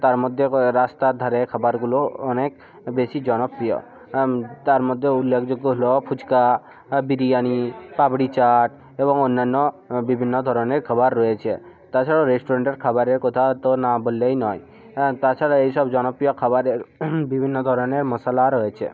তারমধ্যে রাস্তার ধারের খাবারগুলো অনেক বেশি জনপ্রিয় তার মধ্যে উল্লেখযোগ্য হল ফুচকা বিরিয়ানি পাঁপড়ি চাট এবং অন্যান্য বিভিন্ন ধরনের খাবার রয়েছে তাছাড়াও রেস্টুরেন্টের খাবারের কথা তো না বললেই নয় তাছাড়া এইসব জনপ্রিয় খাবারের বিভিন্ন ধরনের মশালা রয়েছে